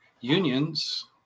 unions